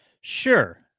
Sure